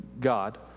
God